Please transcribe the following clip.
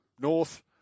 north